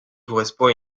correspond